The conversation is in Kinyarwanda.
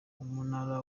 umunara